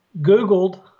Googled